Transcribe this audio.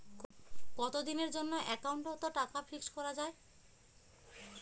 কতদিনের জন্যে একাউন্ট ওত টাকা ফিক্সড করা যায়?